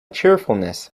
cheerfulness